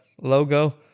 logo